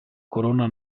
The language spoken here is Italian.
corona